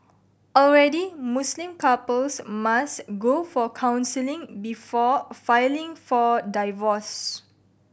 already Muslim couples must go for counselling before filing for divorce